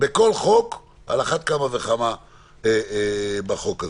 בכל חוק ועל אחת כמה וכמה בחוק הזה.